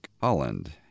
Holland